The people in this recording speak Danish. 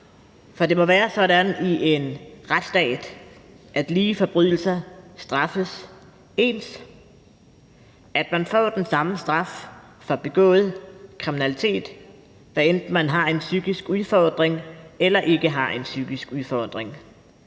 For det må være sådan i en retsstat, at lige forbrydelser straffes ens, at man får den samme straf for begået kriminalitet, hvad enten man har en psykisk udfordring eller ikke har en psykisk udfordring.